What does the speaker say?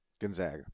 Gonzaga